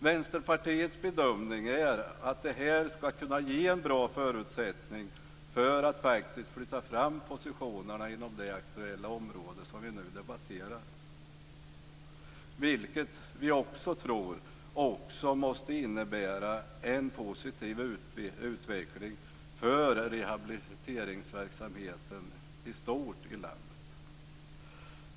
Vänsterpartiets bedömning är att detta skall kunna ge en bra förutsättning för att flytta fram positionerna inom det område som vi nu debatterar. Vi tror att det också måste innebära en positiv utveckling för rehabiliteringsverksamheten i stort i landet.